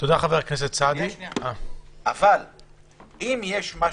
אבל אם יש משהו,